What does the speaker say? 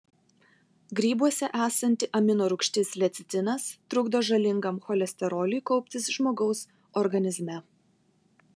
grybuose esanti amino rūgštis lecitinas trukdo žalingam cholesteroliui kauptis žmogaus organizme